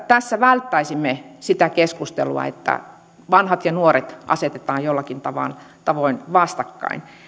tässä välttäisimme sitä keskustelua että vanhat ja nuoret asetetaan jollakin tavoin vastakkain